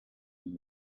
und